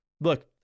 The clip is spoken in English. look